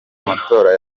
amatora